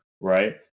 right